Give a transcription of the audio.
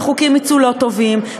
וחוקים יצאו לא טובים,